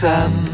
Sam